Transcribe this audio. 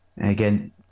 again